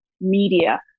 media